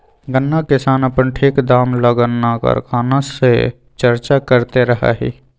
गन्ना किसान अपन ठीक दाम ला गन्ना कारखाना से चर्चा करते रहा हई